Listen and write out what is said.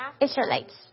Israelites